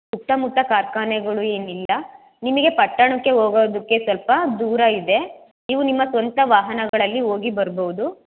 ಸುತ್ತಮುತ್ತ ಕಾರ್ಖಾನೆಗಳು ಏನಿಲ್ಲ ನಿಮಗೆ ಪಟ್ಟಣಕ್ಕೆ ಹೋಗೋದಕ್ಕೆ ಸ್ವಲ್ಪ ದೂರ ಇದೆ ನೀವು ನಿಮ್ಮ ಸ್ವಂತ ವಾಹನಗಳಲ್ಲಿ ಹೋಗಿ ಬರ್ಬೋದು